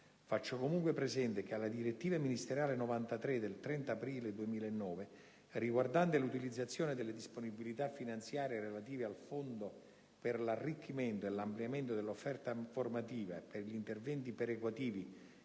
Faccio comunque presente che la direttiva ministeriale n. 93 del 30 aprile 2009, riguardante l'utilizzazione delle disponibilità finanziarie relative al Fondo per l'arricchimento e l'ampliamento dell'offerta formativa e per gli interventi perequativi